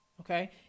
Okay